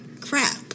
crap